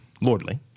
lordly